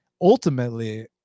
ultimately